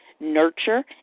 Nurture